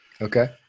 Okay